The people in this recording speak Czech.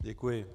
Děkuji.